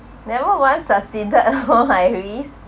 never once sustained loh my risk